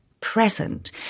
present